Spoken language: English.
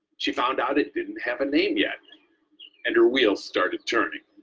she found out it didn't have a name yet and her wheels started turning.